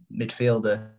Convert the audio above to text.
midfielder